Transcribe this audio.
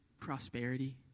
prosperity